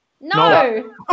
No